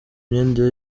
myenda